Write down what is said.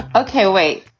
ok, wait.